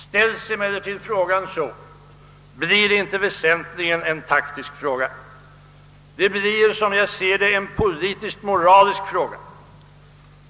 Ställer jag emellertid problemet så, blir det inte väsentligen en taktisk fråga, utan det blir, som jag ser det, en pölitisk-moralisk fråga.